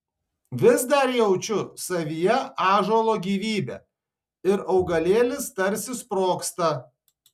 vis dar jaučiu savyje ąžuolo gyvybę ir augalėlis tarsi sprogsta